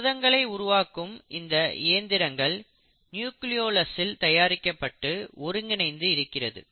புரதங்களை உருவாக்கும் இந்த இயந்திரங்கள் நியூக்ளியோலஸ்ஸில் தயாரிக்கப்பட்டு ஒருங்கிணைந்து இருக்கிறது